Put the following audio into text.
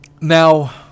Now